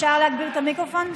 אפשר להגביר את המיקרופון?